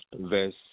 verse